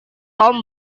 tom